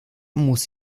muss